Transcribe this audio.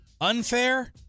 Unfair